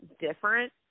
different